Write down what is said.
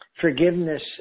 forgiveness